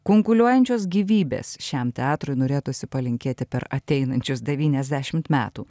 kunkuliuojančios gyvybės šiam teatrui norėtųsi palinkėti per ateinančius devyniasdešimt metų